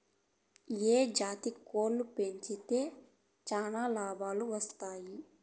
ఏ జాతి కోళ్లు పెంచితే చానా లాభాలు వస్తాయి?